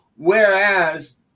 Whereas